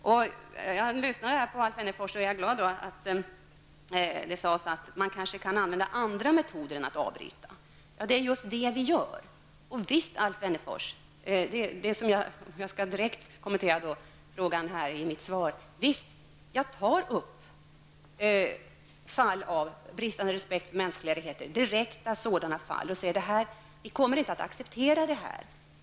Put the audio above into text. Jag blev glad när jag hörde på Alf Wennerfors säga att man kanske kan använda andra metoder än att avbryta biståndet. Det är precis vad vi gör. Jag skall direkt kommentera mitt svar: Visst, Alf Wennerfors, tar jag upp fall av bristande respekt för mänskliga rättigheter och säger att vi inte kommer att acceptera sådant.